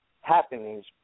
happenings